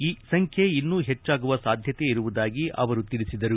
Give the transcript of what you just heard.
ಈ ಸಂಖ್ಯೆ ಇನ್ನು ಹೆಚ್ಚಾಗುವ ಸಾಧ್ಯತೆ ಇರುವುದಾಗಿ ಅವರು ತಿಳಿಸಿದರು